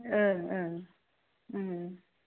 ओं ओं